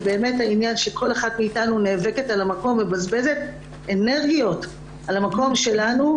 זה שכל אחת מאתנו נאבקת על המקום ומבזבזת אנרגיות על המקום שלנו,